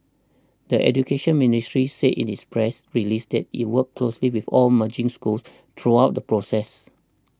the Education Ministry said its press released it worked closely with all merging schools throughout the process